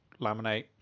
laminate